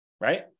Right